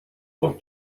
خوب